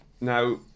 Now